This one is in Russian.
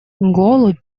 голубь